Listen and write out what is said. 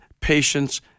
patience